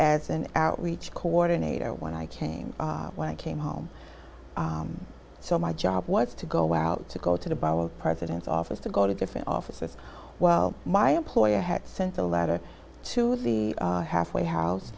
as an outreach coordinator when i came when i came home so my job was to go out to go to the bible president's office to go to different offices while my employer had sent a letter to the halfway house